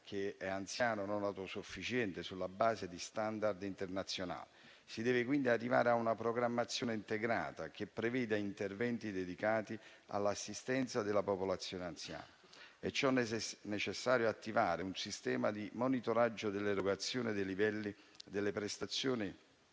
chi è anziano non autosufficiente sulla base degli *standard* internazionali. Si deve arrivare a una programmazione integrata, che preveda interventi dedicati all'assistenza della popolazione anziana. È perciò necessario attivare un sistema di monitoraggio dell'erogazione dei livelli delle prestazioni,